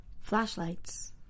flashlights